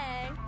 Hey